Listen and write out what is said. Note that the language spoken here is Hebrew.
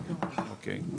אוקיי.